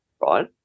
right